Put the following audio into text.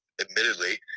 admittedly